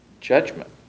judgment